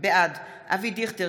בעד אבי דיכטר,